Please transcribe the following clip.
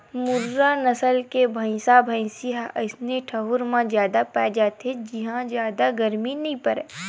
मुर्रा नसल के भइसा भइसी ह अइसे ठउर म जादा पाए जाथे जिंहा जादा गरमी नइ परय